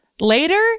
later